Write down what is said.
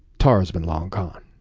tara's been long gone.